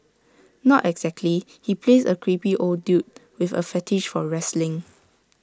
not exactly he plays A creepy old dude with A fetish for wrestling